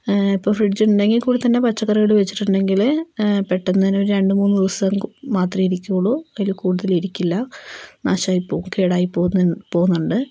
ഇപ്പോൾ ഫ്രിഡ്ജ് ഉണ്ടെങ്കിൽക്കൂടിത്തന്നെ പച്ചക്കറികൾ വച്ചിട്ടുണ്ടെങ്കിൽ പെട്ടെന്ന് തന്നെ ഒരു രണ്ടുമൂന്ന് ദിവസം മാത്രമേ ഇരിക്കൂകയുള്ളൂ അതിൽ കൂടുതൽ ഇരിക്കില്ല നാശമായിപ്പോവും കേടായിപ്പോവുന്നുണ്ട്